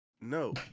No